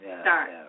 start